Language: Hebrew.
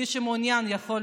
מי שמעוניין יכול להתעדכן.